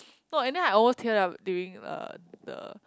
no and then I over tear lah during the the